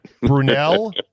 Brunel